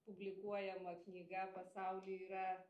publikuojama knyga pasauly yra